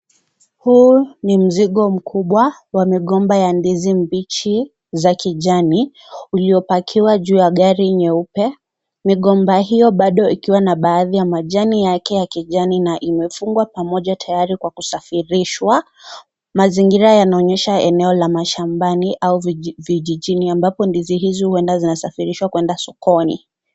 Huu ni mzigo mkubwa wa mgomba wa ndizi mbichi za kijani ukiopakiwa juu ya gari nyeupe. Migomba hiyo bado ikiwa na baadhi ya majani yake ya kijani na imefungwa pamoja, tayari kwa kusafirishwa. Mazingira yanaonyesha eneo la mashambani au vijijini ambapo ndizi hizo huenda zinasafirishwa kuenda sokoni.